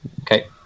Okay